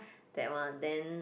that one then